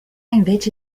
invece